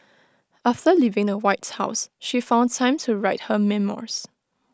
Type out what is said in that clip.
after leaving the white house she found time to write her memoirs